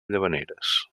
llavaneres